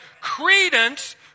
credence